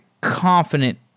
confident